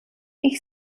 ich